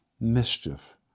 mischief